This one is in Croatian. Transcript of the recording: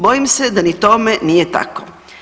Bojim se da ni tome nije tako.